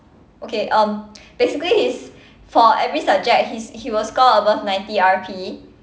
okay um basically he's for every subject he's he will score above ninety R_P